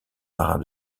marins